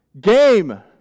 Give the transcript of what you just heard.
game